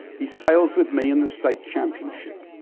he sails with me in the state championship.